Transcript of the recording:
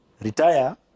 Retire